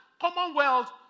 Commonwealth